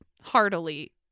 heartily